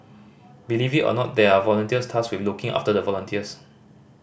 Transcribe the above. believe it or not there are volunteers tasked with looking after the volunteers